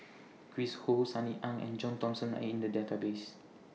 Chris Ho Sunny Ang and John Thomson Are in The Database